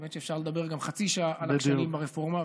האמת היא שאפשר לדבר גם חצי שעה על הכשלים ברפורמה,